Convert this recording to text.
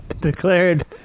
declared